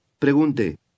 Pregunte